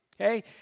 Okay